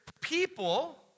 people